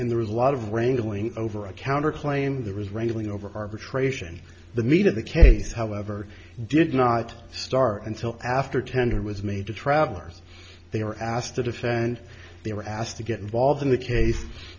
and there was a lot of wrangling over a counterclaim that was wrangling over arbitration the meat of the case however did not start until after ten it was made to travelers they were asked to defend they were asked to get involved in the case